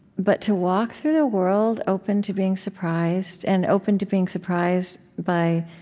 but to walk through the world open to being surprised, and open to being surprised by